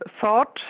thought